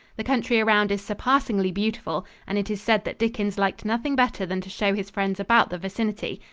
the country around is surpassingly beautiful and it is said that dickens liked nothing better than to show his friends about the vicinity.